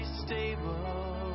stable